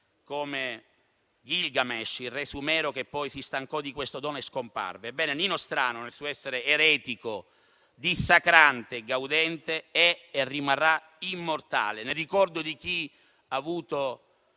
come Gilgameš, il re sumero che poi si stancò di questo dono e scomparve. Ebbene, Nino Strano nel suo essere eretico, dissacrante e gaudente è e rimarrà immortale nel ricordo di chi ha avuto